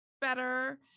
better